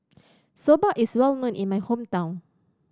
soba is well known in my hometown